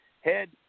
head